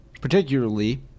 particularly